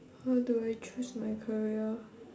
how do I choose my career